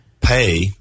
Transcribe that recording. pay